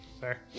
Fair